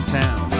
town